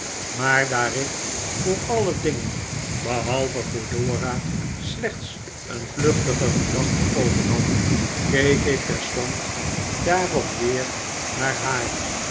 maar daar ik voor alle dingen behalve voor dora slechts een vluchtige gedachte overhad keek ik terstond daarop weer naar haar